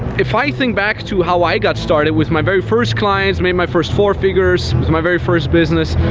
if i think back to how i got started with my very first clients, made my first four figures it was my very first business,